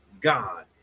God